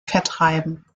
vertreiben